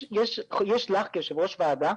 יש לך כיושבת ראש הוועדה,